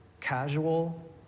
casual